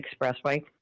Expressway